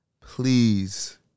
Please